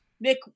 Nick